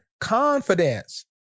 confidence